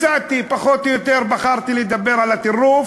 מצאתי, פחות או יותר, בחרתי לדבר על הטירוף.